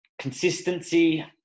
Consistency